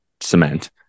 cement